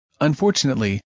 Unfortunately